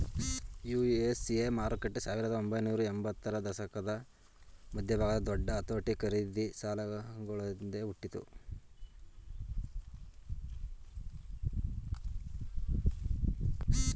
USA ಮಾರುಕಟ್ಟೆ ಸಾವಿರದ ಒಂಬೈನೂರ ಎಂಬತ್ತರ ದಶಕದ ಮಧ್ಯಭಾಗದ ದೊಡ್ಡ ಅತೋಟಿ ಖರೀದಿ ಸಾಲಗಳೊಂದ್ಗೆ ಹುಟ್ಟಿತು